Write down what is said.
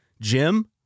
Jim